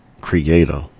creator